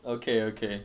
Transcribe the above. okay okay